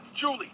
Julie